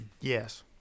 Yes